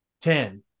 Ten